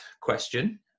question